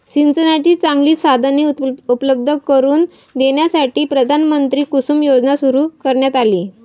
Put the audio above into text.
सिंचनाची चांगली साधने उपलब्ध करून देण्यासाठी प्रधानमंत्री कुसुम योजना सुरू करण्यात आली